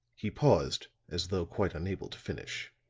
he paused as though quite unable to finish.